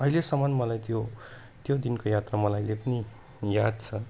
अहिलेसम्म मलाई त्यो त्यो दिनको यात्रा मलाई अहिले पनि याद छ